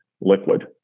liquid